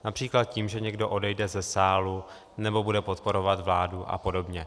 Například tím, že někdo odejde ze sálu nebo bude podporovat vládu apod.